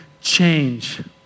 change